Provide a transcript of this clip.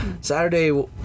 Saturday